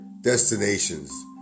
destinations